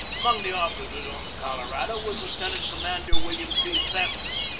among the officers on the colorado was lieuten ant-commander william t. sampson,